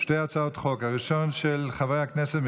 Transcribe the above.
חוצפה כזאת.